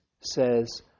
says